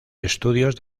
estudios